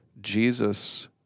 jesus